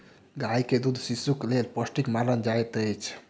गाय के दूध शिशुक लेल पौष्टिक मानल जाइत अछि